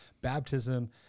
Baptism